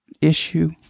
issue